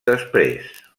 després